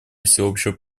всеобщего